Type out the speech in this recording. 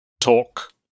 talk